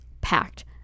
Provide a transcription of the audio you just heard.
packed